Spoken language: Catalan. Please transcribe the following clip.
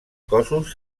cossos